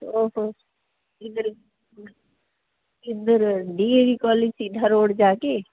ਉਹ ਇੱਧਰ D A V college ਸੀਧਾ ਰੋਡ ਜਾ ਕੇ